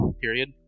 period